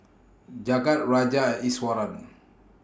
Jagat Raja and Iswaran